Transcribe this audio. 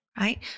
right